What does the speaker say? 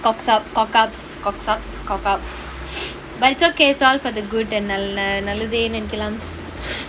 cock out cock ups cock up cock out but it's okay it's all for the good and நல்ல நல்லதே நெனைக்கலாம்:nalla nallathae nenaikkalaam